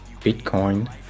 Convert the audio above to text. bitcoin